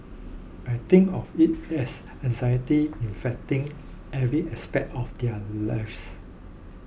I think of it as anxiety infecting every aspect of their lives